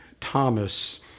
Thomas